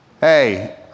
Hey